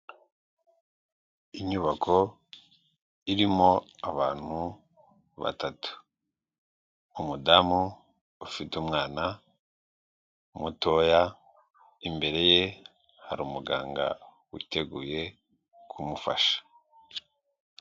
Inyubako irimo abantu batatu umudamu ufite umwana mutoya imbere ye hari umuganga witeguye kumufasha.